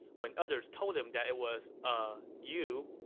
when others told him that it was, uhh, you,